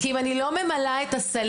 כי אם אני לא אמלא את הסלים,